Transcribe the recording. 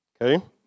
Okay